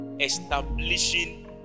establishing